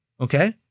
okay